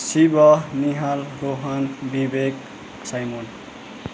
Shiv Nihal Rohan Vivek Simon